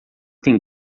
tem